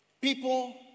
people